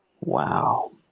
Wow